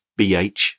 BH